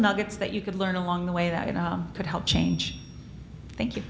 nuggets that you could learn along the way that could help change thank you